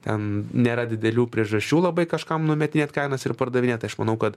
ten nėra didelių priežasčių labai kažkam numetinėt kainas ir pardavinėt tai aš manau kad